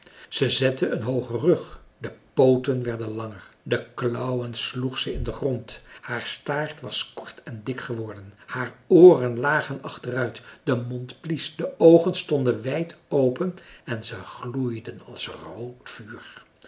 ze zette een hoogen rug de pooten werden langer de klauwen sloeg ze in den grond haar staart was kort en dik geworden haar ooren lagen achteruit de mond blies de oogen stonden wijd open en ze gloeiden als rood vuur